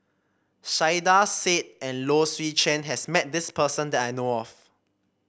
Saiedah Said and Low Swee Chen has met this person that I know of